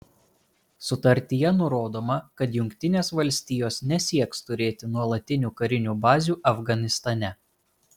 sutartyje nurodoma kad jungtinės valstijos nesieks turėti nuolatinių karinių bazių afganistane